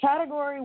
Category